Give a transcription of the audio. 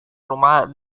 rumah